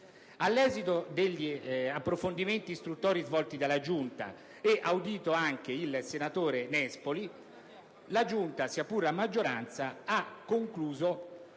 All'esito degli approfondimenti istruttori svolti, ed audito anche il senatore Nespoli, la Giunta, sia pure a maggioranza, ha concluso